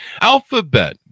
Alphabet